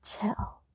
chill